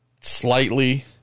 slightly